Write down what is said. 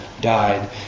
died